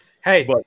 Hey